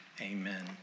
Amen